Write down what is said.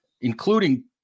including